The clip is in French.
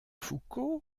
foucault